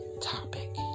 topic